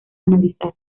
analizar